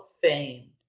Fame